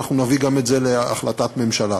אנחנו נביא את זה גם להחלטת ממשלה.